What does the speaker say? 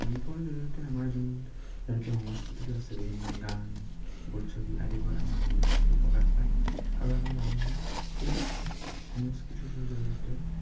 শিল্পৰ জৰিয়তে আমাৰ যোন যেনেকৈ সংস্কৃতিটো আছে বিভিন্ন গান বোলছবি আদিবোৰত আমাৰ সংস্কৃতিটো প্ৰকাশ পায় আৰু আমাৰ মানুহবোৰ এই সংস্কৃতিটোৰ জৰিয়তে